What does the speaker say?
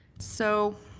so